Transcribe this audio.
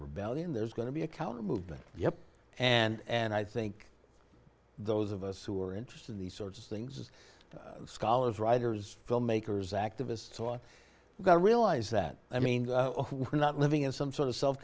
rebellion there's going to be a counter movement yeah and i think those of us who are interested in these sorts of things scholars writers filmmakers activists or got to realise that i mean we're not living in some sort of self